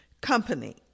company